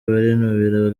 barinubira